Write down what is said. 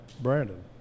Brandon